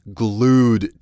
glued